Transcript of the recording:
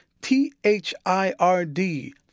T-H-I-R-D